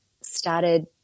started